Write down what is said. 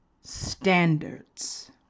standards